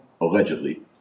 allegedly